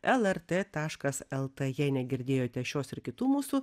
lrt taškas lt jei negirdėjote šios ir kitų mūsų